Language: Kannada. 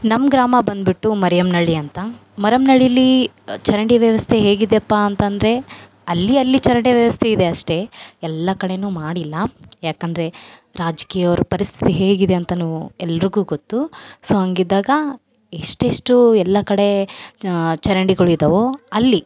ನಮ್ಮ ಗ್ರಾಮ ಬಂದ್ಬಿಟ್ಟು ಮರಿಯಮ್ನಳ್ಳಿ ಅಂತ ಮರಿಯಮ್ನಳ್ಳಿಲೀ ಚರಂಡಿ ವ್ಯವಸ್ಥೆ ಹೇಗಿದೆಯಪ್ಪಾ ಅಂತಂದರೆ ಅಲ್ಲಿ ಅಲ್ಲಿ ಚರಂಡಿ ವ್ಯವಸ್ಥೆ ಇದೆ ಅಷ್ಟೇ ಎಲ್ಲ ಕಡೆ ಮಾಡಿಲ್ಲ ಯಾಕಂದರೆ ರಾಜಕೀಯವ್ರು ಪರಿಸ್ಥಿತಿ ಹೇಗಿದೆ ಅಂತ ಎಲ್ರಿಗು ಗೊತ್ತು ಸೊ ಹಂಗಿದ್ದಾಗ ಎಷ್ಟೆಷ್ಟೂ ಎಲ್ಲ ಕಡೇ ಚರಂಡಿಗಳು ಇದಾವೊ ಅಲ್ಲಿ